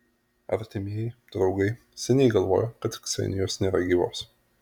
artimieji draugai seniai galvojo kad ksenijos nėra gyvos